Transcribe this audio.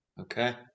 okay